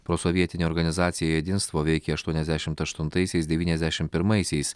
prosovietinė organizacija jedinstvo veikė ašuoniasdešimt aštuntaisiais devyniasdešim pirmaisiais